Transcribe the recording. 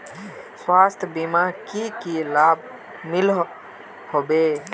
स्वास्थ्य बीमार की की लाभ मिलोहो होबे?